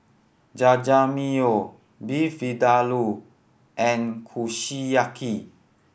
Jajangmyeon Beef Vindaloo and Kushiyaki